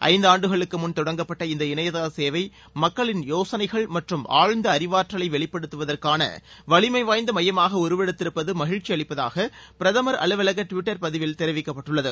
ஐந்தாண்டுகளுக்கு முன் தொடங்கப்பட்ட இந்த இணையதள சேவை மக்களின் யோசனைகள் மற்றும் ஆழ்ந்த அறிவாற்றலை வெளிப்படுத்துவதற்கான வலிமை வாய்ந்த மையமாக உருவெடுத்திருப்பது மகிழ்ச்சி அளிப்பதாக பிரதமர் அலுவலக டுவிட்டர் பதிவில் தெரிவிக்கப்பட்டுள்ளது